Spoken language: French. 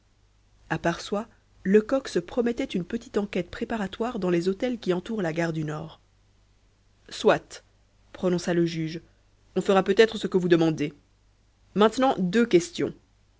à part soi lecoq se promettait une petite enquête préparatoire dans les hôtels qui entourent la gare du nord soit prononça le juge on fera peut-être ce que vous demandez maintenant deux questions